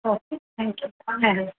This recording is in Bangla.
থ্যাঙ্ক ইউ আর হ্যাঁ হ্যাঁ